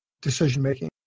decision-making